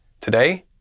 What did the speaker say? today